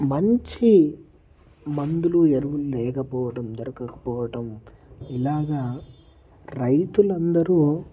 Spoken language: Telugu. మంచి మందులు ఎరువులు లేకపోవటం దొరకకపోవటం ఇలాగ రైతులందరూ